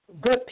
good